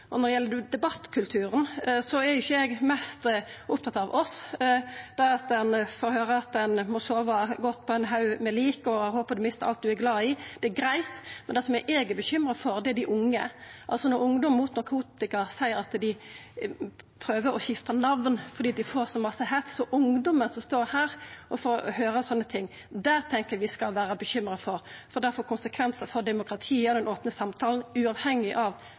ting. Når det gjeld debattkulturen, er ikkje eg mest opptatt av oss. Ein får høyra at ein må sova godt på ein haug med lik, og at eg håpar at du mister alt du er glad i. Det er greitt. Men det eg er bekymra for, er dei unge. Det at ungdom som er mot narkotika, seier at dei prøver å skifta namn fordi dei får så mykje hets, og det at ungdomar får høyra slike ting, tenkjer eg at vi skal vera bekymra for, for det får konsekvensar for demokratiet og den opne samtalen, uavhengig av